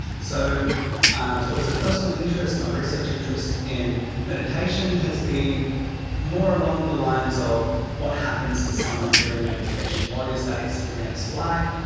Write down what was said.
so as well as a personal interest, my research interest in meditation has been more along the lines of what happens to someone during meditation, what is that experience like.